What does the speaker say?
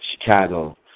Chicago